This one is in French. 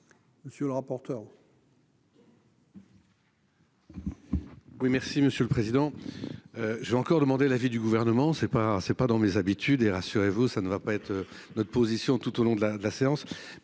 Monsieur le rapporteur